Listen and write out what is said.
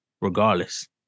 Regardless